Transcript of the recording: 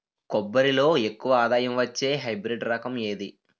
కొబ్బరి లో ఎక్కువ ఆదాయం వచ్చే హైబ్రిడ్ రకం ఏది?